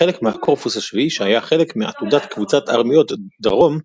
כחלק מהקורפוס ה-7 שהיה חלק מעתודת קבוצת ארמיות דרום,